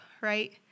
right